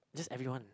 just everyone